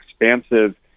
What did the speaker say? expansive